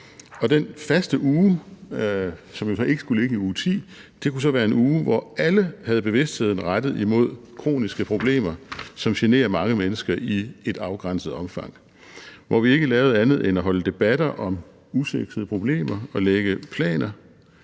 den faste uge, som jo så ikke skulle ligge i uge 10, kunne så være en uge, hvor alle havde bevidstheden rettet imod kroniske problemer, som generer mange mennesker i et afgrænset omfang, og hvor vi ikke lavede andet end at holde debatter om usexede problemer og lægge